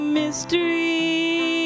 mystery